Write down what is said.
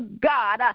God